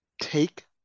Take